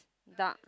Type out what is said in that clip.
dark